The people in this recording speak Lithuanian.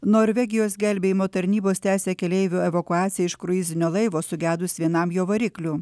norvegijos gelbėjimo tarnybos tęsia keleivių evakuaciją iš kruizinio laivo sugedus vienam jo variklių